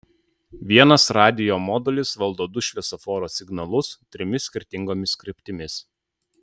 vienas radijo modulis valdo du šviesoforo signalus trimis skirtingomis kryptimis